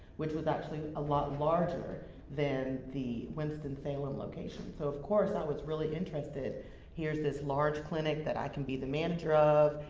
which was actually a lot larger than the winston-salem location. so of course i was really interested here's this large clinic that i can be the manager of,